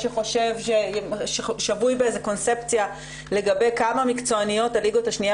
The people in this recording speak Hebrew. או ששבוי באיזה קונספציה לגבי כמה מקצועניות הליגות השנייה